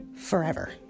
forever